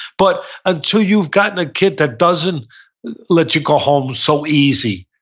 but until you've gotten a kid that doesn't let you go home so easy,